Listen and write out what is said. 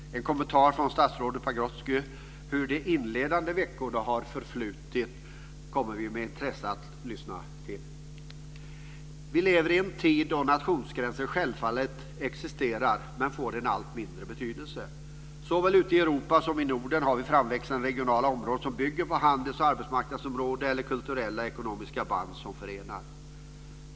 En kommentar från statsrådet Pagrotsky hur de inledande veckorna har förflutit kommer vi med intresse att lyssna till. Vi lever i en tid då nationsgränserna självfallet existerar men får en allt mindre betydelse. Såväl ute i Europa som i Norden har vi framväxande regionala områden som bygger på handels och arbetsmarknadsområden eller kulturella ekonomiska band som förenar.